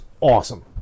awesome